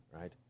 right